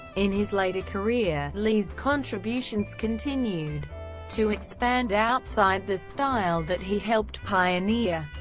in his later career, lee's contributions continued to expand outside the style that he helped pioneer.